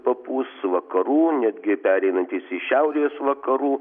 papūs vakarų netgi pereinantis į šiaurės vakarų